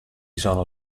sono